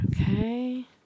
okay